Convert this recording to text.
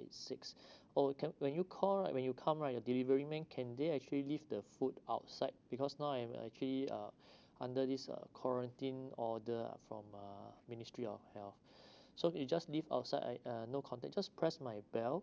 eight six oh can when you call right when you come right your deliveryman can they actually leave the food outside because now I'm actually uh under this uh quarantine order ah from uh ministry of health so you just leave outside I uh no contact just press my bell